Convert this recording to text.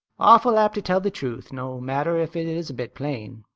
awful apt to tell the truth, no matter if it is a bit plain.